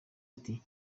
ati